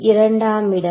இரண்டாமிடம்